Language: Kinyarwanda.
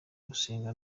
gusenga